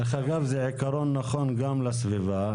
זה גם עיקרון נכון גם לסביבה.